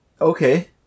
Okay